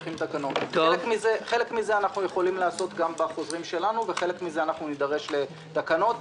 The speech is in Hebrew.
חלק מזה אנחנו יכולים לעשות גם בחוזרים שלנו ובחלק מזה נידרש לתקנות.